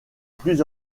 plus